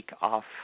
off